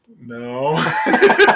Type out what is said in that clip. no